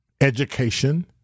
education